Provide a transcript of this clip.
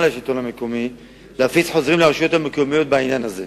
השלטון המקומי להפיץ חוזרים לרשויות המקומיות בעניין הזה.